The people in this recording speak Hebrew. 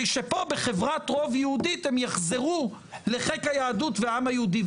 שפה בחברת רוב יהודית הם יחזרו לחיק היהדות והעם היהודי.